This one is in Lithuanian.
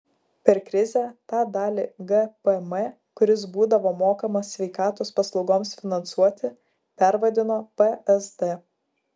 per krizę tą dalį gpm kuris būdavo mokamas sveikatos paslaugoms finansuoti pervadino psd